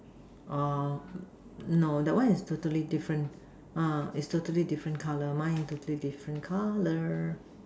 no that one is totally different is totally different color mine is totally different color